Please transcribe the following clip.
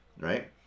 right